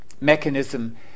mechanism